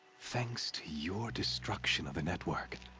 thanks to your destruction of the network.